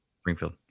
Springfield